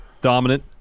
dominant